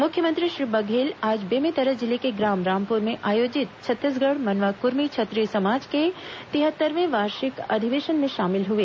मुख्यमंत्री श्री बघेल आज बेमेतरा जिले के ग्राम रामपुर में आयोजित छ त्तीसगढ़ मनवा क्रमर्थ क्षात्रिय समाज के तिहत्तरवे वा रिष्टाक अधिावेशन में शामिल हुए